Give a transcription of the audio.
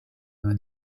una